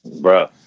Bro